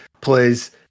plays